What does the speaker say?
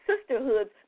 sisterhoods